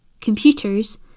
computers